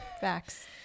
Facts